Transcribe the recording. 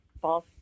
false